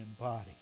body